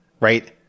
right